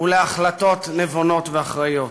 ולהחלטות נבונות ואחראיות.